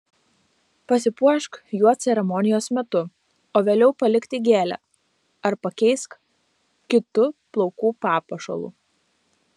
pasipuošk juo ceremonijos metu o vėliau palik tik gėlę ar pakeisk kitu plaukų papuošalu